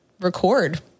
record